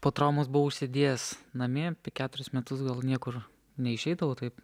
po traumos buvau sėdėjęs namie keturis metus gal niekur neišeidavau taip